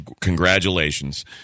Congratulations